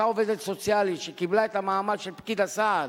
אותה עובדת סוציאלית שקיבלה את המעמד של פקיד הסעד,